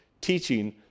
teaching